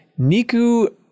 Niku